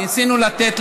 ניסינו לתת,